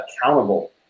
accountable